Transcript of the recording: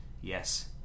Yes